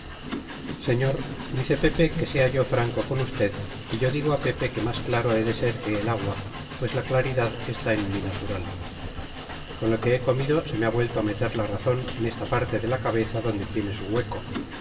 señor dice pepe que sea yo franco con usted y yo digo a pepe que más claro he de ser que el agua pues la claridad está en mi natural con lo que he comido se me ha vuelto a meter la razón en esta parte de la cabeza donde tiene su hueco